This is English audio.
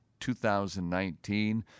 2019